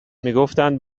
میگفتند